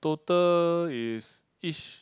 total is each